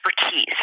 expertise